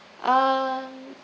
uh